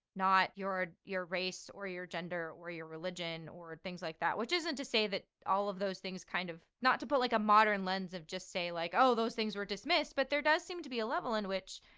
not your, your race or your gender or your religion or or things like that. which isn't to say that all of those things kind of not to put like a modern lens of just say like, oh, those things were dismissed but there does seem to be a level in which,